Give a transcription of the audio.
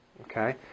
Okay